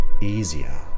Easier